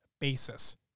basis